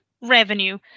revenue